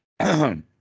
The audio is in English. okay